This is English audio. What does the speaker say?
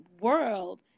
world